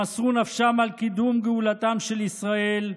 שמסרו נפשם על קידום גאולתם של ישראל,